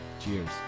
Cheers